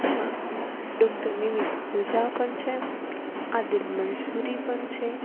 તેમા ડૉક્ટર નિમિત ઓઝા પણ છે આદિલ મન્સૂરી પણ છે